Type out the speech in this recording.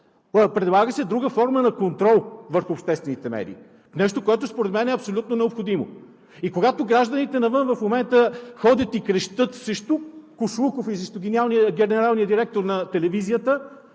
предлага се друга форма на контрол върху обществените медии – нещо, което според мен е абсолютно необходимо. Когато гражданите навън в момента ходят и крещят срещу Кошлуков – срещу генералния директор на Телевизията,